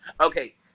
Okay